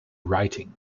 writing